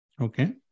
Okay